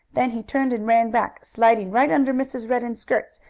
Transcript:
then he turned and ran back, sliding right under mrs. redden's skirts,